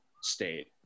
state